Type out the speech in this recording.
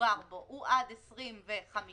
שמדובר בו הוא עד 25 באוגוסט,